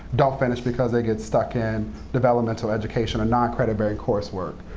don't finish because they get stuck in developmental education or non-credit-bearing coursework.